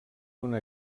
una